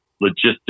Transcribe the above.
logistics